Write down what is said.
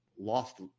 lost